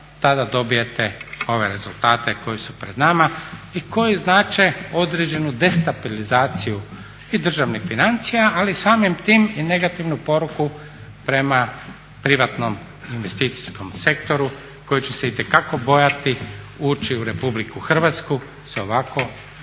tada dobijete ove rezultate koji su pred nama i koji znače određenu destabilizaciju i državnih financija, ali samim tim i negativnu poruku prema privatnom investicijskom sektoru koji će se itekako bojati ući u RH sa ovako